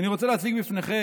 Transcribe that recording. אני רוצה להציג בפניכם